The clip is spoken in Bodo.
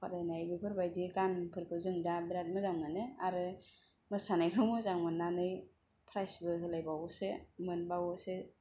फरायनाय बेफोरबायदि गानफोरखौ जों दा बिरात मोजां मोनो आरो मोसानायखौ मोजां मोननानै प्राइजबो होलायबावोसो मोनबावोसो